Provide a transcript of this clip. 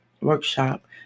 workshop